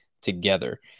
together